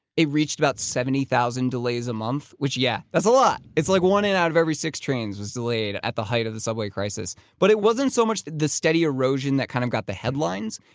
it reached about seventy thousand delays a month, which, yeah. that's a lot. it's like one in out of every six trains was delayed at the height of the subway crisis. but it wasn't so much the the steady erosion that kind of got the headlines,